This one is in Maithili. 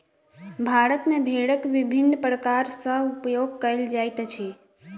भारत मे भेड़क विभिन्न प्रकार सॅ उपयोग कयल जाइत अछि